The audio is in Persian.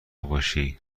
باشی